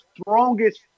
strongest